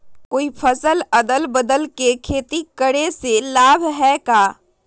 कोई फसल अदल बदल कर के खेती करे से लाभ है का?